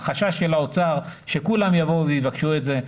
החשש של האוצר הוא שכולם יבואו ויבקשו את זה.